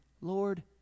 Lord